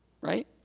right